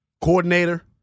Coordinator